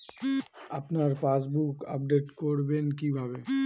আপনার passbook update করবেন কিভাবে?